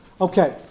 Okay